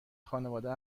خانواده